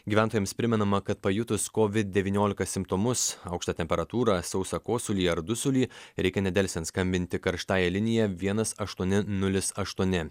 gyventojams primenama kad pajutus kovid devyniolika simptomus aukštą temperatūrą sausą kosulį ar dusulį reikia nedelsiant skambinti karštąja linija vienas aštuoni nulis aštuoni